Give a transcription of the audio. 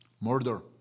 Murder